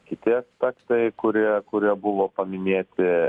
kiti aspektai kurie kurie buvo paminėti